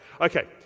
Okay